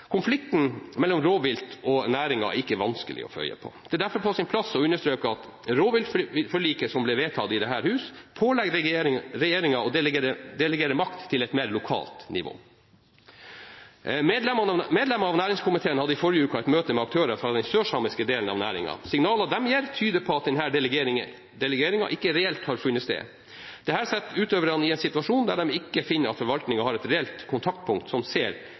Konflikten mellom rovvilt og næringen er ikke vanskelig å få øye på. Det er derfor på sin plass å understreke at rovviltforliket som ble vedtatt i dette hus, pålegger regjeringen å delegere makt til et mer lokalt nivå. Medlemmer av næringskomiteen hadde i forrige uke møte med aktører fra den sørsamiske delen av næringen. Signaler de gir, tyder på at denne delegeringen ikke reelt har funnet sted. Dette setter utøverne i en situasjon der de ikke finner at forvaltningen har et reelt kontaktpunkt som ser